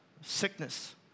sickness